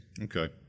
Okay